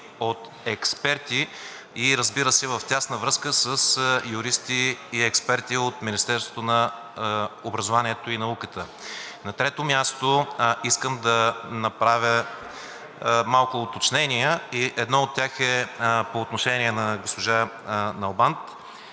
от експерти и разбира се, в тясна връзка с юристи и експерти от Министерството на образованието и науката. На трето място, искам да направя малко уточнения и едно от тях е по отношение на госпожа Налбант.